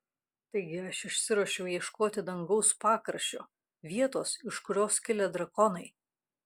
taigi aš išsiruošiau ieškoti dangaus pakraščio vietos iš kurios kilę drakonai